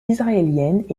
israéliennes